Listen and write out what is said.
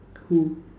who